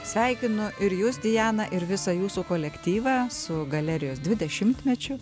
sveikinu ir jus diana ir visą jūsų kolektyvą su galerijos dvidešimtmečiu